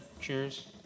Cheers